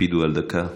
תקפידו על דקה.